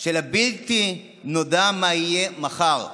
של הבלתי-נודע, מה יהיה מחר.